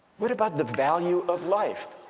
what about the value of life?